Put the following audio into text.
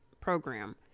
program